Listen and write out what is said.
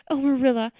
oh, marilla,